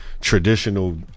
traditional